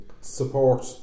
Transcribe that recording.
support